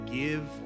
give